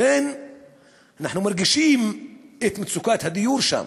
לכן אנחנו מרגישים את מצוקת הדיור שם.